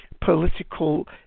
political